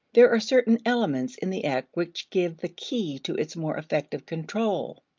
there are certain elements in the act which give the key to its more effective control.